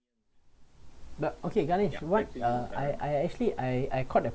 but okay ganesh what uh I I actually I I caught that